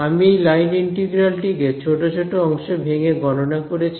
আমি এই line integral টি কে ছোট ছোট অংশে ভেঙ্গে গণনা করেছি